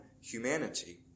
humanity